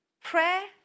Prayer